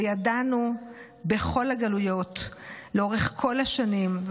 וידענו בכל הגלויות לאורך כל השנים,